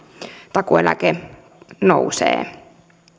takuueläke nousee